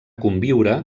conviure